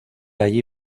allí